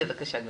בבקשה.